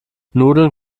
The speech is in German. nudeln